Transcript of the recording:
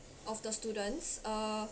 of the students uh